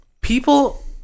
People